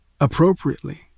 appropriately